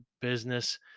business